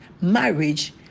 marriage